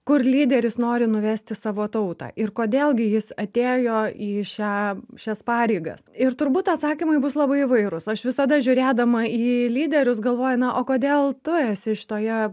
kur lyderis nori nuvesti savo tautą ir kodėl gi jis atėjo į šią šias pareigas ir turbūt atsakymai bus labai įvairūs aš visada žiūrėdama į lyderius galvoju na o kodėl tu esi šitoje